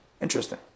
Interesting